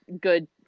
good